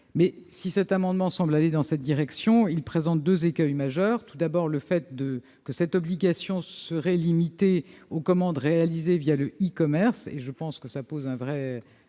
Si cet amendement semble aller dans cette direction, il présente deux écueils majeurs. Tout d'abord, le fait que cette obligation soit limitée aux commandes réalisées le e-commerce me semble poser un vrai